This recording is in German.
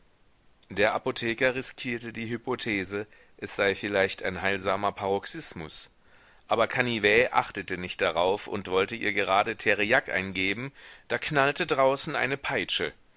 der apotheker riskierte die hypothese es sei vielleicht ein heilsamer paroxismus aber canivet achtete nicht darauf und wollte ihr gerade theriak eingeben da knallte draußen eine peitsche